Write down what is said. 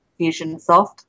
FusionSoft